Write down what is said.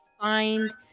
find